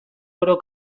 oro